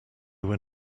were